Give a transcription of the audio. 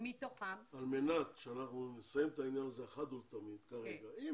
על מנת שנסיים את העניין הזה אחת ולתמיד כרגע אם